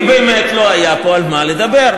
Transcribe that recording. כי באמת לא היה פה על מה לדבר.